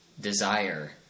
desire